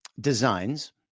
designs